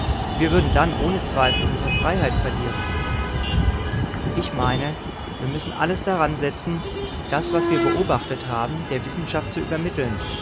wir würden dann ohne zweifel unsere freiheit verlieren ich meine wir müssen alles daransetzen das was wir beobachtet haben der wissenschaft zu übermitteln